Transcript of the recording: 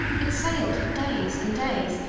it sailed for days and days,